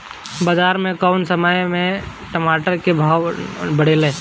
बाजार मे कौना समय मे टमाटर के भाव बढ़ेले?